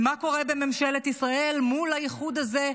ומה קורה בממשלת ישראל מול האיחוד הזה,